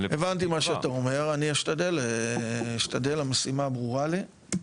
הבנתי מה שאתה אומר, אני אשתדל, המשימה ברורה לי.